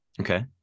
Okay